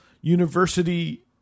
university